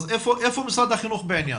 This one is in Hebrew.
אז איפה משרד החינוך בעניין?